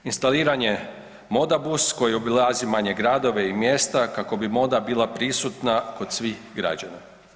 Instaliranje moda bus koji obilazi manje gradove i mjesta kako bi moda bila prisutna kod svih građana.